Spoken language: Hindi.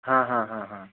हाँ हाँ हाँ हाँ